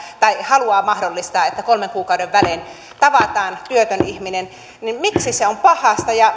haluaa mahdollistaa että kolmen kuukauden välein tavataan työtön ihminen on pahasta ja